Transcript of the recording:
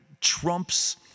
Trump's